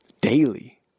Daily